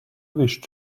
wish